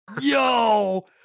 Yo